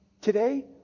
today